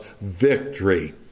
victory